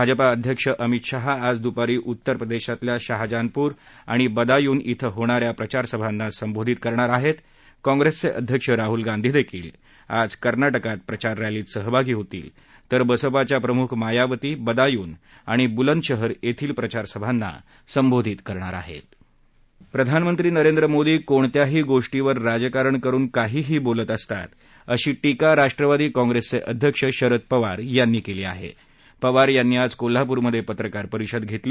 भाजपा अध्यक्ष अमित शहा आज दुपारी उत्तर प्रदध्वतल्या शहाजहानपुर आणि बदायुन क्वे होणाऱ्या प्रचारसभांना संबोधित करणार आहवी काँग्रस्त्विअध्यक्ष राहूल गांधी दखील आज कर्नाटकात प्रचाररेलीत सहभागी होणार आहवीतर बसपाच्या प्रमुख मायावती बदायून आणि बुलंदशहर यधील प्रचारसभांना संबोधित करणार आहस्त प्रधानमंत्री नरेंद्र मोदी कोणत्याही गोष्टीवर राजकारण करून काहीही बोलत असतात अशी टीका राष्ट्रवादी कांग्रस्त्री ञिध्यक्ष शरद पवार यांनी कली आहा पेवार यांनी आज कोल्हापूरमध्येक्त्रिकार परिषद घक्ती